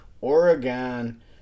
Oregon